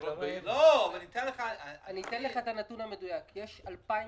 בעת הזאת קריטי להתמקד בהסבת עובדים ישראלים.